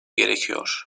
gerekiyor